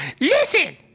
Listen